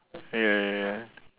ya ya ya